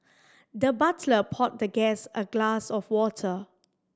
the butler poured the guest a glass of water